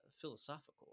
philosophical